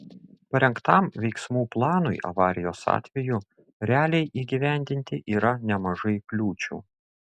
parengtam veiksmų planui avarijos atveju realiai įgyvendinti yra nemažai kliūčių